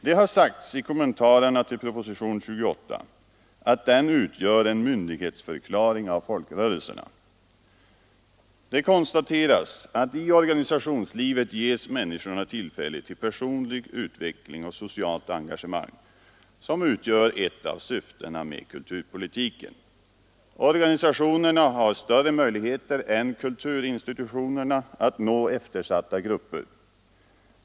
Det har sagts i kommentarerna till propositionen 28 att den utgör en myndighetsförklaring av folkrörelserna. Det konstateras att i organisationslivet ges människorna tillfälle till personlig utveckling och socialt engagemang, vilket utgör ett av syftena med kulturpolitiken. Organisationerna har större möjligheter än kulturinstitutionerna att nå eftersatta grupper.